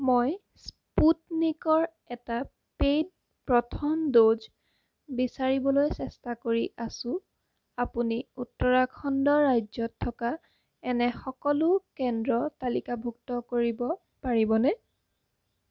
মই স্পুটনিকৰ এটা পে'ইড প্ৰথম ড'জ বিচাৰিবলৈ চেষ্টা কৰি আছোঁ আপুনি উত্তৰাখণ্ড ৰাজ্যত থকা এনে সকলো কেন্দ্ৰ তালিকাভুক্ত কৰিব পাৰিবনে